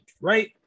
right